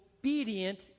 obedient